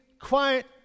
Quiet